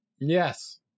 Yes